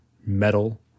metal